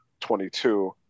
22